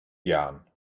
jahren